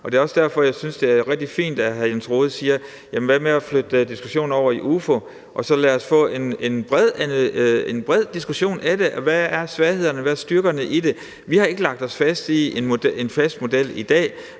Det er også derfor, jeg synes, det er rigtig fint, at hr. Jens Rohde spørger, om ikke diskussionen kan flyttes over i UFO, og lad os så få en bred diskussion af det – hvad svaghederne er, hvad styrkerne er i det. Vi har ikke lagt os fast på en fast model i dag,